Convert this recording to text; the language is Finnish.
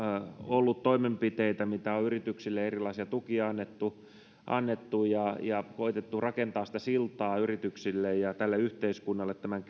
ollut toimenpiteitä mitä on yrityksille erilaisia tukia annettu annettu ja ja koetettu rakentaa sitä siltaa yrityksille ja tälle yhteiskunnalle tämän kriisin